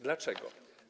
Dlaczego?